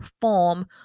form